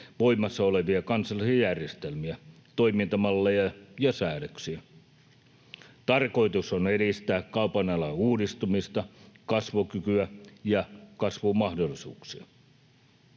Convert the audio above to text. voimassa olevia kansallisia järjestelmiä, toimintamalleja ja säädöksiä. Tarkoitus on edistää kaupan alan uudistumista, kasvukykyä ja kasvun mahdollisuuksia.